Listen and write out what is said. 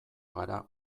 gara